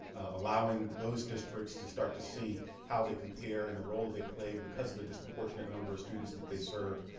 allowing those districts to start to see how they compare and the role that they play because of the disproportionate number of students that they serve.